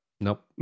Nope